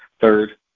third